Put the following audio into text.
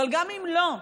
אבל גם אם לא,